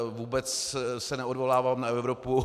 Vůbec se neodvolávám na Evropu.